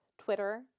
Twitter